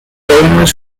famous